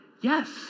yes